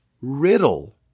riddle